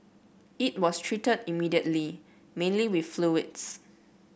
it was treated immediately mainly with fluids